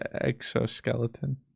exoskeleton